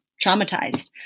traumatized